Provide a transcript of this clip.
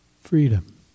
freedom